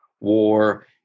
war